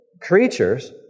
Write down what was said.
creatures